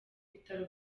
bitaro